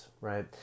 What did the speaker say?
right